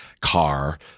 car